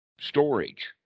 storage